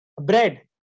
bread